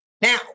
Now